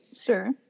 Sure